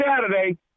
Saturday